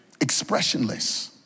Expressionless